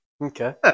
Okay